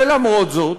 ולמרות זאת,